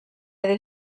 edo